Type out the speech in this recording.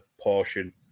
portion